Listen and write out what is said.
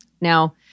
Now